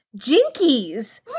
Jinkies